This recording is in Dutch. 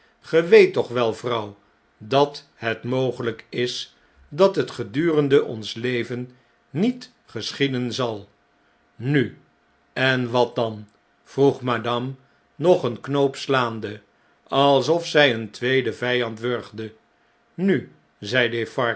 ge weet toch wel vrouw dat het mogehjk is dat het gedurende ons leven niet geschieden zal a nu en wat dan vroeg madame nog een knoop slaande alsof zij een tweeden vijand wurgde nu